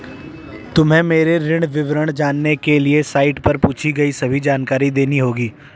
तुम्हें मेरे ऋण विवरण जानने के लिए साइट पर पूछी गई सभी जानकारी देनी होगी